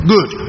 Good